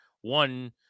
one